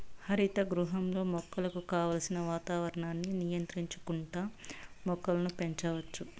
హరిత గృహంలో మొక్కలకు కావలసిన వాతావరణాన్ని నియంత్రించుకుంటా మొక్కలను పెంచచ్చు